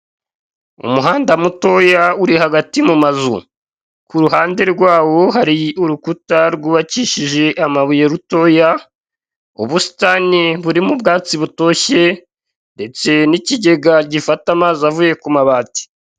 Umuhanda mutoya uri hagati mu mazu ku ruhande rwawo hari urukuta rwubakishije amabuye rutoya ubusitani burimo ubwatsi butoshye ndetse n'ikigega gifata amazi avuye ku mabati.